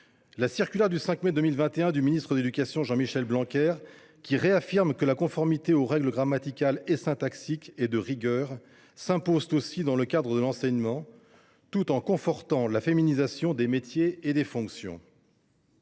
L’autre, du 5 mai 2021 du ministre de l’éducation, Jean Michel Blanquer, réaffirme que la conformité aux règles grammaticales et syntaxiques est de rigueur et qu’elle s’impose dans le cadre de l’enseignement, tout en confortant la féminisation des noms de métiers et de fonctions.